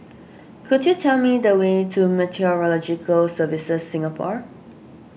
could you tell me the way to Meteorological Services Singapore